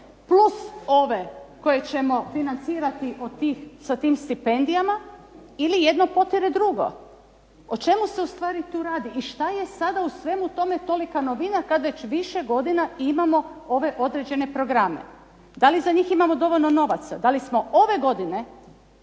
plus ove koje ćemo financirati sa tim stipendijama ili jedno potire drugo. O čemu se ustvari tu radi i šta je sada u svemu tome toliko novina kad već više godina imamo ove određene programe. Da li za njih imamo dovoljno novaca, da li smo ove godine